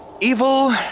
Evil